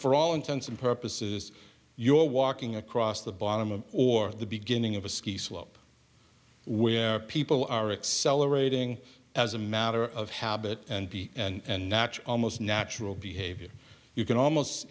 for all intents and purposes you're walking across the bottom of or the beginning of a ski slope where people are excel orating as a matter of habit and nach almost natural behavior you can almost